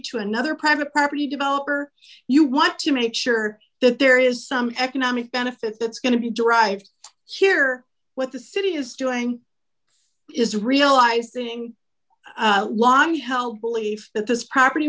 to another private property developer you want to make sure that there is some economic benefit that's going to be derived here what the city is doing is realizing long held belief that this property